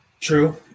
True